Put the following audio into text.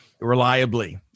reliably